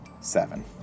Seven